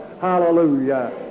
Hallelujah